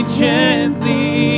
gently